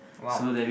!wow!